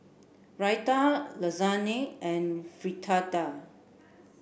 Raita Lasagne and Fritada